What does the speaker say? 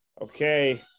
Okay